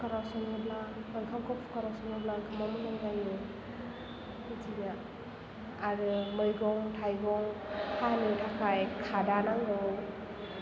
कुकाराव सङोब्ला ओंखामखौ कुकाराव सङोब्ला ओंखामा मोजां जायो आरो मैगं थायगं हानो थाखाय खादा नांगौ